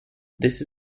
this